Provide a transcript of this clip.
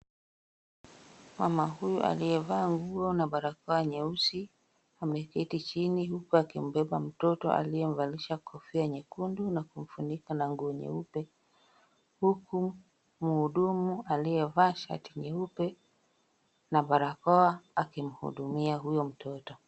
Mama huyu aliyevaa nguo na barakoa nyeusi ameketi chini huku akimbeba mtoto aliyemvalisha kofia nyekundu na kumfunika nguo nyeupe, huku mhudumu aliyevaa shati nyeupe na barakoa akimhudumia huyo mtoto.